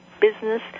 business